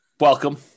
welcome